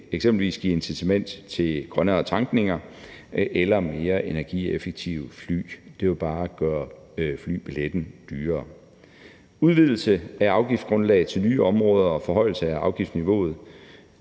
eksempelvis give incitament til grønnere tankninger eller mere energieffektive fly. Det vil bare gøre flybilletten dyrere. En udvidelse af afgiftsgrundlaget til nye områder og en forhøjelse af afgiftsniveauet